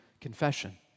confession